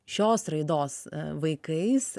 šios raidos vaikais